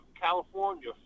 California